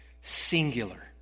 Singular